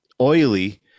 oily